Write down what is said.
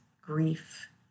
grief